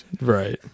right